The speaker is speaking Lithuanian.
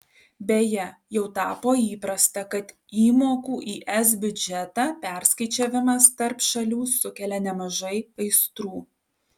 beje jau tapo įprasta kad įmokų į es biudžetą perskaičiavimas tarp šalių sukelia nemažai aistrų